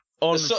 on